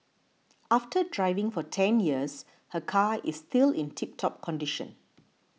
after driving for ten years her car is still in tip top condition